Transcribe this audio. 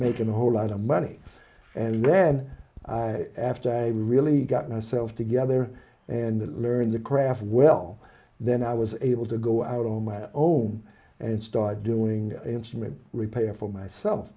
making a whole lot of money and then after a really got myself together and learn the craft well then i was able to go out on my own and start doing instrument repair for myself